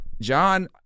John